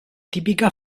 típica